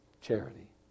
Charity